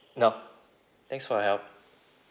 no thanks for your help